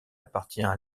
appartient